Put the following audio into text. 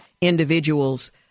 individuals